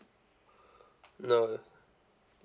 no